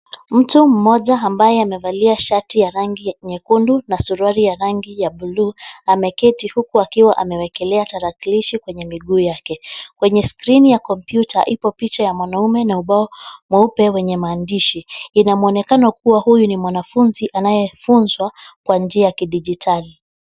Mtu mmoja ambaye amevalia shati ya rangi nyekundu na suruali ya rangi ya buluu, ameketi huku akiwa amewekelea tarakilishi kwenye miguu yake. Kwenye skrini ya kompyuta, ipo picha ya mwanaume na ubao mweupe wenye maandishi. Ina mwonekano kuwa, huyu ni mwanafunzi anayefunzwa kwa njia ya kidijitali.